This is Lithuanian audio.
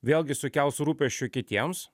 vėlgi sukels rūpesčių kitiems